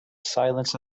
silence